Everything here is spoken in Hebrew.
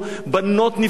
בנות נפגעו,